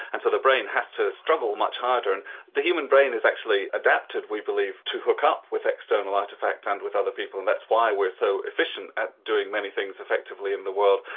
and so the brain has to struggle much harder. and the human brain has actually adapted, we believe, to hook up with external artifacts and with other people and that's why we're so efficient at doing many things effectively in the world,